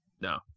no